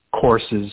courses